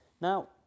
Now